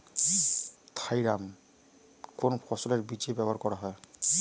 Thiram কোন ফসলের বীজে ব্যবহার করা হয়?